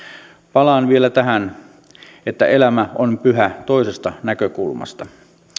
palaan vielä tähän että elämä on pyhä toisesta näkökulmasta